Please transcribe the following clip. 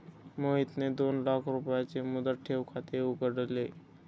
मोहितने दोन लाख रुपयांचे मुदत ठेव खाते उघडले